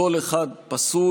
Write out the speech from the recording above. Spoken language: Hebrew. קול אחד פסול.